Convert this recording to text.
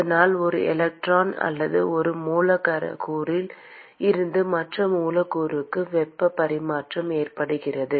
அதனால் ஒரு எலக்ட்ரான் அல்லது ஒரு மூலக்கூறில் இருந்து மற்ற மூலக்கூறுக்கு வெப்ப பரிமாற்றம் ஏற்படுகிறது